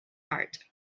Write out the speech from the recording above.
heart